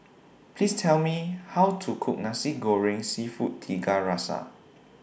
Please Tell Me How to Cook Nasi Goreng Seafood Tiga Rasa